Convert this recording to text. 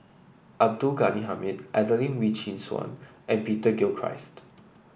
Abdul Ghani Hamid Adelene Wee Chin Suan and Peter Gilchrist